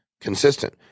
consistent